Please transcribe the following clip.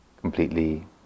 completely